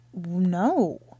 No